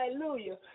Hallelujah